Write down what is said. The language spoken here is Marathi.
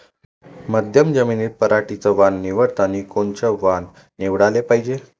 मध्यम जमीनीत पराटीचं वान निवडतानी कोनचं वान निवडाले पायजे?